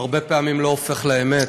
הרבה פעמים לא הופך לאמת.